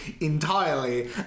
entirely